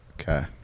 Okay